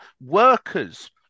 workers